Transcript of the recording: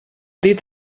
dit